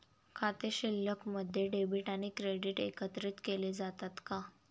खाते शिल्लकमध्ये डेबिट आणि क्रेडिट एकत्रित केले जातात का?